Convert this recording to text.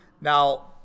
Now